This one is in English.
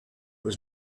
was